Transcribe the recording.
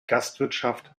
gastwirtschaft